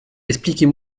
expliquez